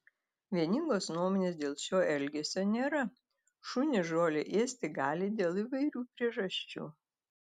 vieningos nuomonės dėl šio elgesio nėra šunys žolę ėsti gali dėl įvairių priežasčių